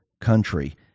country